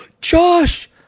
Josh